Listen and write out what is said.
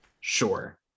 Sure